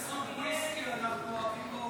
איזה סוג ויסקי אנחנו אוהבים באופוזיציה.